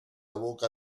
boca